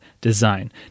design